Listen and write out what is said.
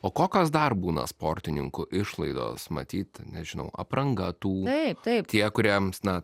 o kokios dar būna sportininkų išlaidos matyt nežinau apranga taip taip tie kuriams na